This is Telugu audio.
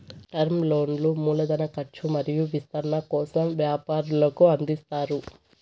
టర్మ్ లోన్లు మూల ధన కర్చు మరియు విస్తరణ కోసం వ్యాపారులకు అందిస్తారు